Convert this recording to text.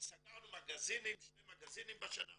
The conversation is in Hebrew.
סגרנו שני מגזינים בשנה האחרונה,